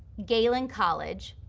galen college,